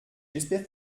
j’espère